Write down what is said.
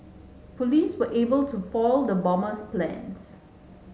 police were able to foil the bomber's plans